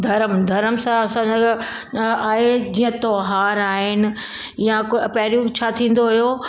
धरम धरम सां असांजा त आहे जीअं त्योहार आहिनि या कु पहिरियों छा थींदो हुयो